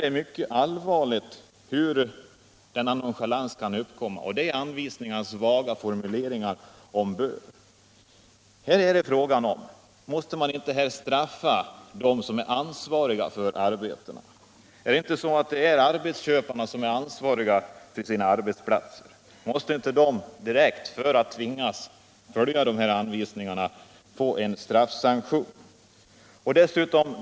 Det är en allvarlig fråga hur denna nonchalans kan uppkomma, men den måste bero på den vaga formuleringen av anvisningarna. Här måste man ställa sig frågande om det inte också blir nödvändigt att på något sätt straffa dem som är ansvariga för arbetena. Är det inte så att arbetsköparna är ansvariga för sina arbetsplatser? Måste man inte — för att tvinga dem att följa de här anvisningarna — införa sanktioner?